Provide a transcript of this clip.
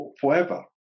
forever